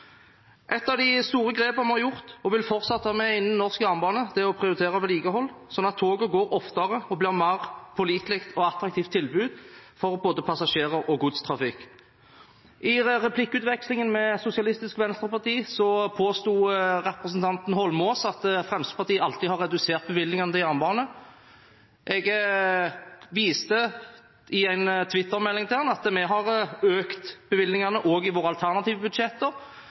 Et av de store grepene vi har tatt, og vil fortsette med, innen norsk jernbane, er å prioritere vedlikehold, slik at toget går oftere og blir et mer pålitelig og attraktivt tilbud for både passasjerer og godstrafikk. I replikkutvekslingen med Roy Steffensen påsto representanten Holmås at Fremskrittspartiet alltid har redusert bevilgningene til jernbane. Jeg viste i en Twitter-melding til ham at vi har økt bevilgningene også i våre alternative budsjetter